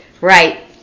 right